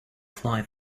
fly